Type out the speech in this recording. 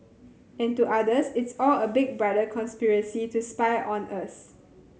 and to others it's all a Big Brother conspiracy to spy on us